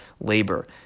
labor